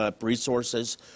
resources